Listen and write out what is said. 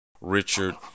Richard